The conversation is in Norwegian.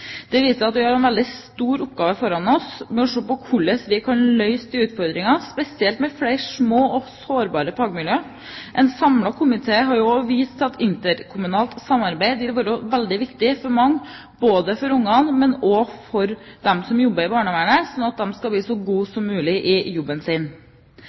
Det viser at vi har en veldig stor oppgave foran oss med hensyn til å se på hvordan vi kan løse de utfordringene, spesielt med flere små og sårbare fagmiljø. En samlet komité har også vist til at interkommunalt samarbeid vil være veldig viktig for mange, for barna, men også for dem som jobber i barnevernet, slik at de skal bli så gode som mulig i jobben sin.